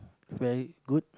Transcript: very good